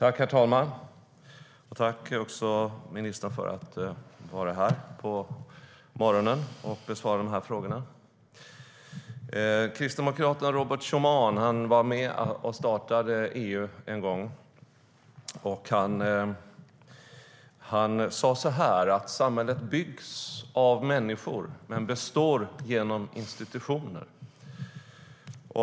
Herr talman! Tack till ministern för att han är här på morgonen och besvarar de här frågorna! Kristdemokraten Robert Schuman var med och startade EU en gång. Han sa så här: Samhället byggs av människor men består genom institutioner.